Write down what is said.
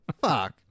Fuck